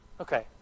Okay